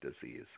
disease